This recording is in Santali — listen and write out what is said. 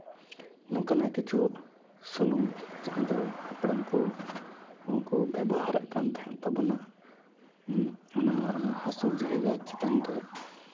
ᱱᱚᱝᱠᱟᱱᱟᱜ ᱠᱤᱪᱷᱩ ᱥᱩᱱᱩᱢ ᱡᱟᱦᱟᱸ ᱫᱚ ᱦᱟᱯᱲᱟᱢ ᱠᱚ ᱩᱱᱠᱩ ᱵᱮᱵᱚᱦᱟᱨᱮᱜ ᱠᱟᱱ ᱛᱟᱦᱮᱱᱟ ᱚᱱᱟ ᱦᱟᱹᱥᱩ ᱡᱟᱭᱜᱟ ᱪᱮᱛᱟᱱ ᱨᱮ